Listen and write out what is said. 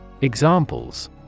Examples